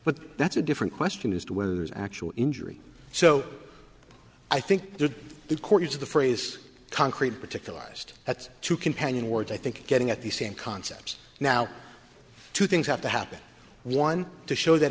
but that's a different question as to whether there's actual injury so i think there's a quarter to the phrase concrete particularized at two companion words i think getting at the same concepts now two things have to happen one to show that